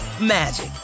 magic